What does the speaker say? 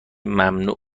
ممنوع